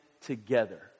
together